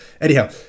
anyhow